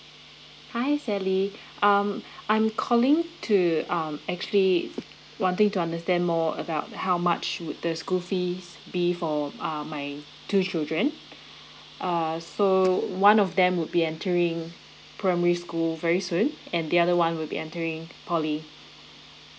hi sally um I'm calling to um actually wanting to understand more about how much would the school fees be for uh my two children uh so one of them would be entering primary school very soon and the other one will be entering poly